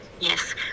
yes